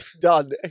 Done